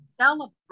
celebrate